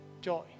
joy